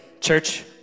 church